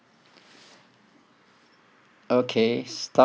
okay stop